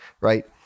right